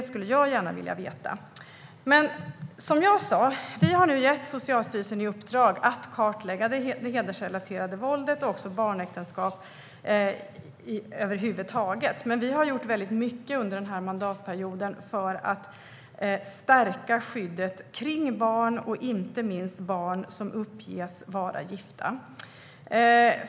Som jag sa har vi nu gett Socialstyrelsen i uppdrag att kartlägga det hedersrelaterade våldet och också barnäktenskap över huvud taget. Vi har gjort mycket under den här mandatperioden för att stärka skyddet av barn, inte minst barn som uppges vara gifta.